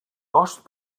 cost